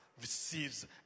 receives